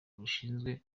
rushinzwe